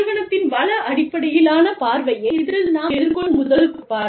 நிறுவனத்தின் வள அடிப்படையிலான பார்வையே இதில் நாம் எதிர்கொள்ளும் முதல் கோட்பாடு